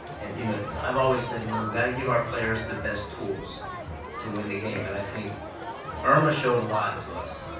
and, you know, i've always said, you know, we've got to give our players the best tools to win the game, and i think irma showed a lot to us.